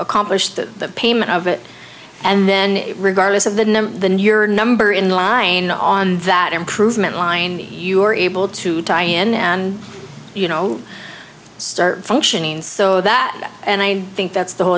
accomplish the payment of it and then regardless of the number than your number in the line on that improvement line you are able to tie in and you know start functioning so that and i think that's the whole